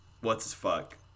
what's-his-fuck